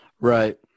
Right